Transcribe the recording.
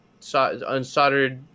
unsoldered